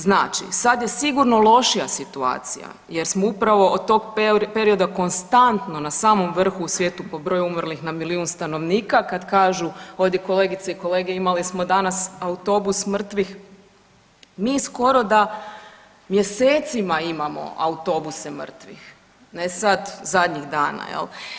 Znači sad je sigurno lošija situacija jer smo upravo od tog perioda konstantno na samom vrhu u svijetu po broju umrlih na milijun stanovnika kad kažu ovdje kolegice i kolege imali smo danas autobus mrtvih, mi skoro da mjesecima imamo autobuse mrtvih ne sad zadnjih dana jel.